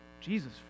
Jesus